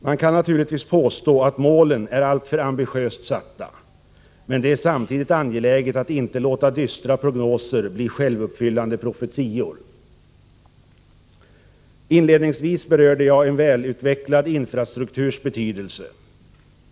Man kan naturligtvis påstå att målen är alltför ambitiöst satta, men det är samtidigt angeläget att inte låta dystra prognoser bli självuppfyllande profetior. Inledningsvis berörde jag en välutvecklad infrastrukturs betydelse.